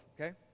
Okay